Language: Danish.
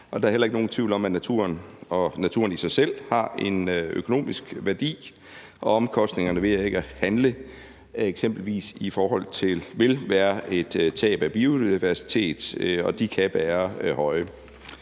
Og der er heller ikke nogen tvivl om, at naturen og naturen i sig selv har en økonomisk værdi, og omkostningerne ved ikke at handle i forhold til eksempelvis tab af biodiversitet kan være høje.